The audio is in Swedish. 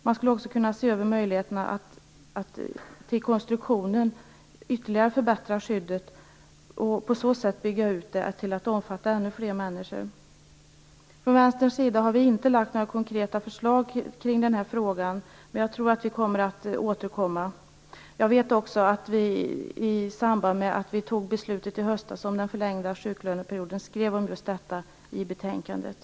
Man skulle också kunna se över möjligheten att till konstruktionen ytterligare förbättra skyddet och på så sätt bygga ut det till att omfatta ännu fler människor. Vi har från Vänsterns sida inte lagt fram några konkreta förslag i den här frågan, och jag tror att vi skall återkomma i ärendet. Jag vet också att det i samband med beslutet i höstas om förlängningen av sjuklöneperioden skrevs om just detta i betänkandet.